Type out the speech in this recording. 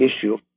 issue